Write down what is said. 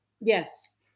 Yes